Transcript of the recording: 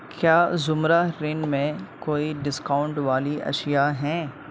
کیا زمرہ گرین میں کوئی ڈسکاؤنٹ والی اشیاء ہیں